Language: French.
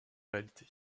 réalité